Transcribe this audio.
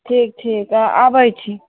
ठीक ठीक आ आबैत छी